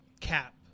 cap